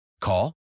Call